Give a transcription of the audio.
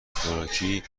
خوراکی